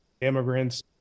immigrants